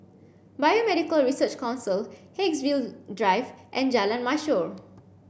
Biomedical Research Council Haigsville Drive and Jalan Mashor